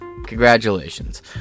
congratulations